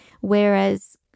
whereas